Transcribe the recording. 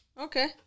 okay